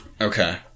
Okay